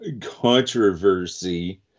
controversy